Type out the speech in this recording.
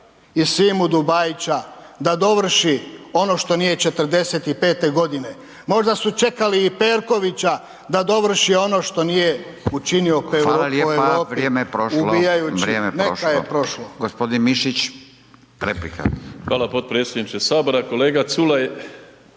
Hvala potpredsjedniče sabora. Kolega Culej,